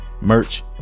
merch